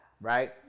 right